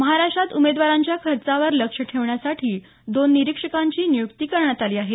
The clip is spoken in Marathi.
महाराष्ट्रात उमेदवारांच्या खर्चावर लक्ष ठेवण्यासाठी दोन निरीक्षकांची नियुक्ती करण्यात आली आहे